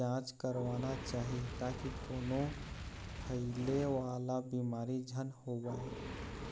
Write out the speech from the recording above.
जांच करवाना चाही ताकि कोनो फइले वाला बिमारी झन होवय